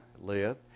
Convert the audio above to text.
live